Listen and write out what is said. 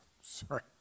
sorry